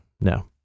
no